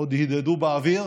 עוד הדהדו באוויר,